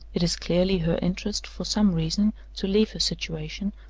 it is clearly her interest, for some reason, to leave her situation,